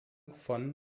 von